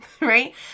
right